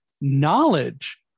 knowledge